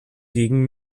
gegen